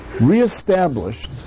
reestablished